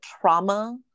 trauma